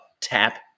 tap